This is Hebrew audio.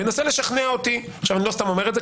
וינסה לשכנע אותי ואני לא סתם אומר את זה,